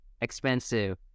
expensive